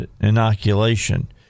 inoculation